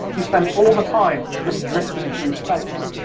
you spend all the time just drifting through space.